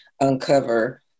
uncover